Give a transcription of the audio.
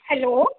hello